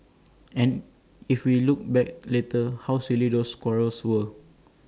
and if we look back later how silly those quarrels were